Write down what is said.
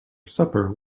supper